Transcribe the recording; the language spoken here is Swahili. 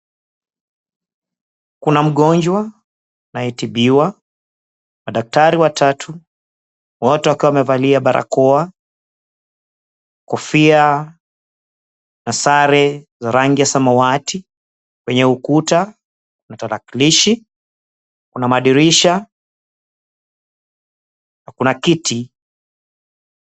Kuna mgonjwa anayetibiwa, madaktari watatu wote wakiwa wamevalia barakoa, kofia na sare za rangi ya samawati. Penye ukuta kuna tarakilishi, kuna madirisha na kuna kiti.